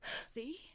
See